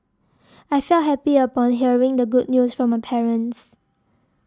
I felt happy upon hearing the good news from my parents